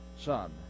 Son